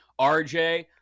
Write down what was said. RJ